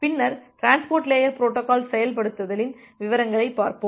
பின்னர் transport layer protocol செயல்படுத்தலின் விவரங்களை பார்ப்போம்